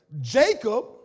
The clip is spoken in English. Jacob